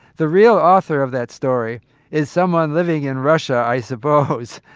the real author of that story is someone living in russia, i suppose,